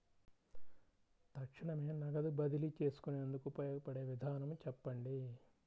తక్షణమే నగదు బదిలీ చేసుకునేందుకు ఉపయోగపడే విధానము చెప్పండి?